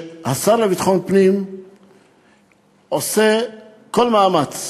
שהשר לביטחון פנים עושה כל מאמץ